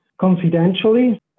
confidentially